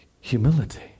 humility